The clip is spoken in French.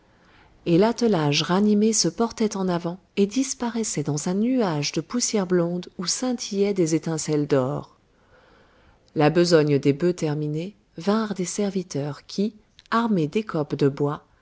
et l'attelage ranimé se portait en avant et disparaissait dans un nuage de poussière blonde où scintillaient des étincelles d'or la besogne des bœufs terminée vinrent des serviteurs qui armés d'écopes de bois